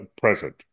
present